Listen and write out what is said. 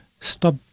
stop